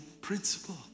principle